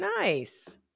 nice